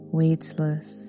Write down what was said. weightless